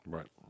Right